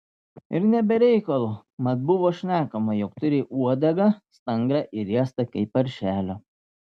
ir ne be reikalo mat buvo šnekama jog turi uodegą stangrią ir riestą kaip paršelio